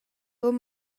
buca